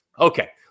Okay